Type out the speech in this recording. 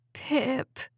Pip